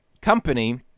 company